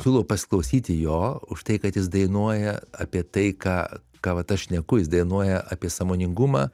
siūlau pasiklausyti jo už tai kad jis dainuoja apie taiką ką vat aš šneku jis dainuoja apie sąmoningumą